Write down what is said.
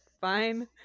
fine